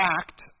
act